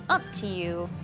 up to you.